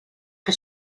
que